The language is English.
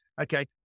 okay